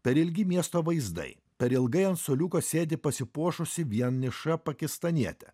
per ilgi miesto vaizdai per ilgai ant suoliuko sėdi pasipuošusi vieniša pakistanietė